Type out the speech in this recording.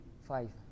Five